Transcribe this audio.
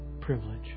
privilege